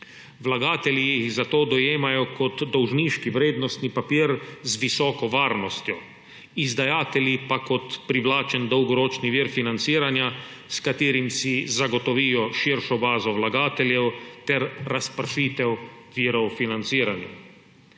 Vlagatelji jih zato dojemajo kot dolžniški vrednostni papir z visoko varnostjo, izdajatelji pa kot privlačen dolgoročni vir financiranja, s katerim si zagotovijo širšo bazo vlagateljev ter razpršitev virov financiranja.